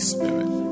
Spirit